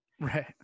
right